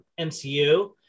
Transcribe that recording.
mcu